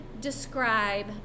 describe